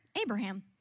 Abraham